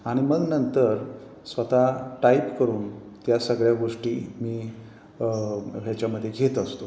आणि मग नंतर स्वतः टाईप करून त्या सगळ्या गोष्टी मी ह्याच्यामध्ये घेत असतो